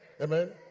Amen